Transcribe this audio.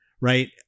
right